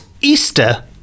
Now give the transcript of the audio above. easter